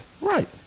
Right